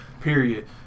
period